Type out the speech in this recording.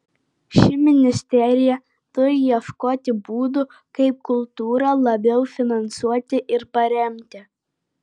ši ministerija turi ieškoti būdų kaip kultūrą labiau finansuoti ir paremti